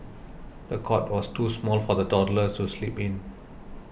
the cot was too small for the toddler to sleep in